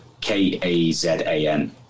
K-A-Z-A-N